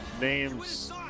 names